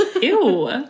ew